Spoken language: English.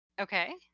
okay